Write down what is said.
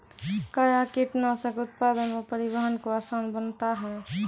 कया कीटनासक उत्पादन व परिवहन को आसान बनता हैं?